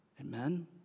Amen